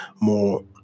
more